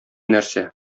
нәрсә